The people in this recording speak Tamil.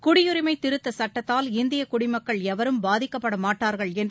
குடியுரிமை திருத்த சுட்டத்தால் இந்திய குடிமக்கள் எவரும் பாதிக்கப்பட மாட்டார்கள் என்று